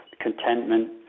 contentment